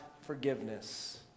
forgiveness